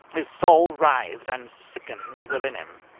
his soul writhed and sickened within him.